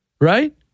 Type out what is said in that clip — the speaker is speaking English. right